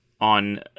on